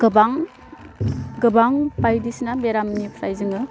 गोबां गोबां बायदिसिना बेरामनिफ्राय जोङो